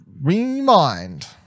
Remind